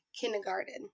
kindergarten